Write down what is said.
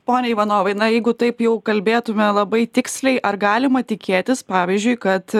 pone ivanovai na jeigu taip jau kalbėtume labai tiksliai ar galima tikėtis pavyzdžiui kad